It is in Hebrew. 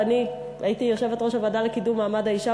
ואני הייתי יושבת-ראש הוועדה לקידום מעמד האישה,